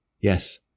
Yes